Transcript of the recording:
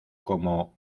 como